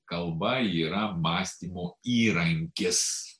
kalba yra mąstymo įrankis